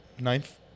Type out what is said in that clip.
ninth